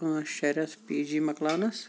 پانٛژھ شے ریٚتھ پی جی مۄکلاونَس